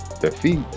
defeat